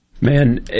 Man